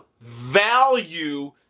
value